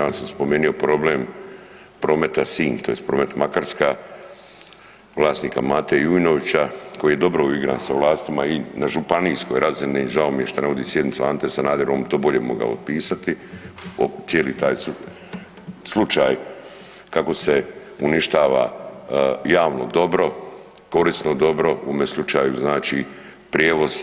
Ja sam spomenio problem Prometa Sinj tj. Promet Makarska, vlasnika Mate Jujnovića koji je dobro uigran sa vlastima i na županijskoj razini, žao mi je šta ne vodi sjednicu Ante Sanader, on bi to bolje mogao opisati cijeli taj slučaj kako se uništava javno dobro, korisno dobro, u ovome slučaju znači prijevoz,